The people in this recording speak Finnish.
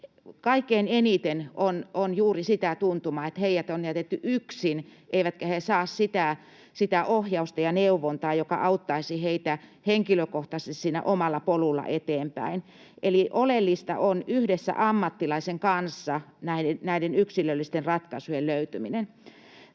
kaikkein eniten on juuri sitä tuntumaa, että heidät on jätetty yksin eivätkä he saa sitä ohjausta ja neuvontaa, joka auttaisi heitä henkilökohtaisesti siinä omalla polulla eteenpäin. Eli oleellista on yhdessä ammattilaisen kanssa näiden yksilöllisten ratkaisujen löytäminen.